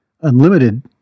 unlimited